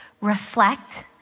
Reflect